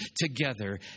together